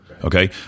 Okay